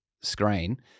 screen